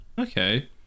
Okay